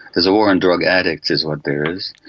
there's a war on drug addicts is what there is.